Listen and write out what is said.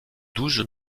douze